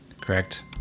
Correct